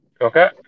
Okay